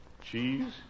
cheese